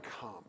come